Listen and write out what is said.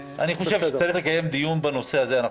שצריך לקיים דיון בנושא הזה,